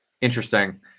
Interesting